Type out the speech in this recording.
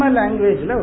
language